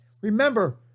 Remember